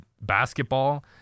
basketball